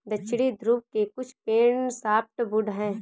दक्षिणी ध्रुव के कुछ पेड़ सॉफ्टवुड हैं